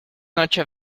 noche